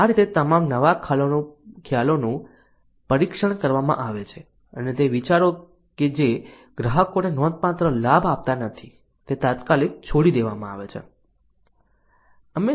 આ રીતે તમામ નવા ખ્યાલોનું પરીક્ષણ કરવામાં આવે છે અને તે વિચારો કે જે ગ્રાહકોને નોંધપાત્ર લાભ આપતા નથી તે તાત્કાલિક છોડી દેવામાં આવે છે